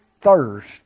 thirst